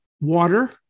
water